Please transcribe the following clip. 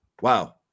Wow